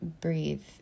Breathe